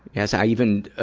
yes. i even,